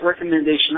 recommendation